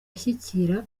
ashyigikira